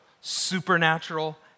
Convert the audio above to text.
supernatural